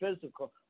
physical